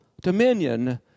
dominion